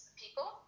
people